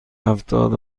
هفتاد